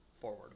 forward